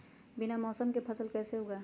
बिना मौसम के फसल कैसे उगाएं?